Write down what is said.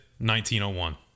1901